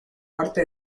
parte